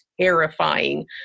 terrifying